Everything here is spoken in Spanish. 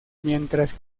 mientras